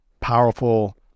powerful